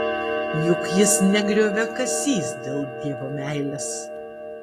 juk jis ne grioviakasys dėl dievo meilės